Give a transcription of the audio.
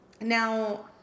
Now